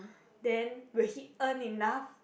then will he earn enough